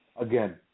Again